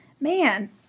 Man